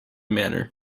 manor